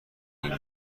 زندگی